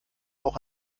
auch